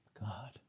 God